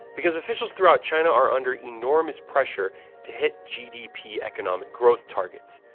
because officials throughout china are under enormous pressure to hit gdp economic growth targets,